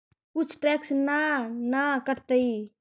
कुछ टैक्स ना न कटतइ?